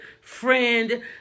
friend